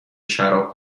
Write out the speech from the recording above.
شراب